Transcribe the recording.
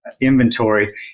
inventory